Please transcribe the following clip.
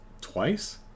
twice